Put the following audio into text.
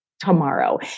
tomorrow